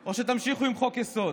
או שתמשיכו עם חוק-יסוד?